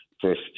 first